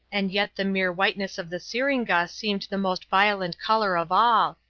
and yet the mere whiteness of the syringa seemed the most violent colour of all.